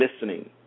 listening